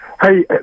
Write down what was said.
Hey